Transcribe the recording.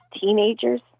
teenagers